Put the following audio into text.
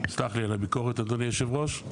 סלח לי על הביקורת אדוני יושב הראש,